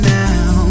now